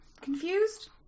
Confused